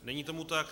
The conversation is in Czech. Není tomu tak.